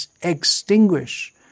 extinguish